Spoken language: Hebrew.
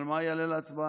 מה יעלה להצבעה,